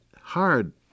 hard